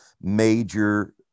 major